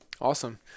Awesome